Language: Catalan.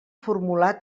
formular